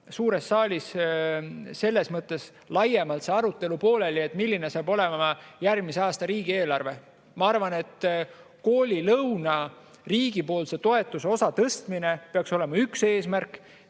suures saalis selles mõttes laiemalt see arutelu pooleli, milline saab olema järgmise aasta riigieelarve. Ma arvan, et koolilõuna riigipoolse toetuse osa tõstmine peaks olema üks eesmärk,